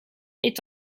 est